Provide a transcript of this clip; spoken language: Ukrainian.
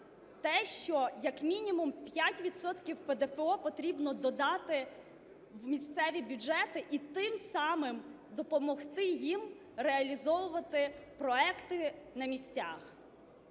те, що як мінімум 5 відсотків ПДФО потрібно додати в місцеві бюджети і тим самим допомогти їм реалізовувати проекти на місцях.